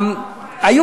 הזאת?